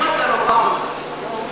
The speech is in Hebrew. אמרת לו פעם אחת.